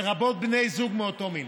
לרבות בני זוג מאותו מין.